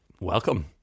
welcome